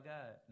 God